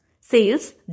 sales